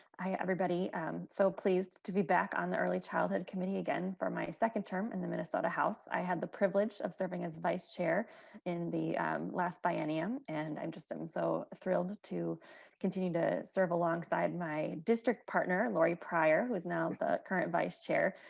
i everybody and so pleased to be back on the early childhood committee again for my second term in the minnesota house i had the privilege of serving as vice chair in the last biennium and i'm just i'm so thrilled to continue to serve alongside my district partner lori pryor who is now the current vice chair.